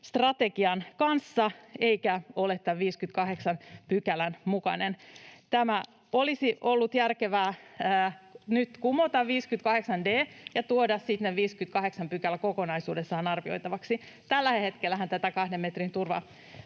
koronastrategian kanssa eikä ole tämän 58 §:n mukainen. Tämä 58 d § olisi ollut järkevää nyt kumota ja tuoda sitten 58 § kokonaisuudessaan arvioitavaksi. Tällä hetkellähän tätä 2 metrin turvavälin